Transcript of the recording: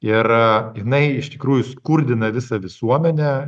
ir a jinai iš tikrųjų skurdina visą visuomenę